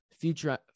future